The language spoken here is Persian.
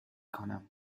کنم